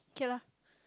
okay lah